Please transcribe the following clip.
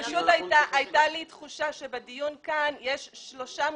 פשוט הייתה לי תחושה שבדיון כאן יש ערבוב בין שלושה מושגים: